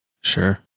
sure